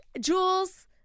Jules